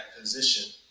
position